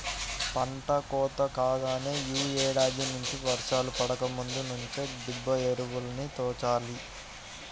పంట కోత కాగానే యీ ఏడాది నుంచి వర్షాలు పడకముందు నుంచే దిబ్బ ఎరువుల్ని తోలాలి